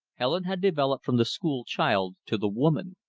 helen had developed from the school child to the woman.